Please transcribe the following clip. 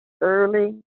early